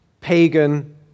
pagan